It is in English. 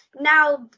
now